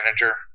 manager